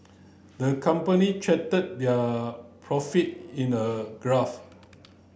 the company charted their profit in a graph